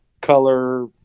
color